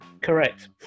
Correct